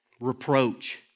reproach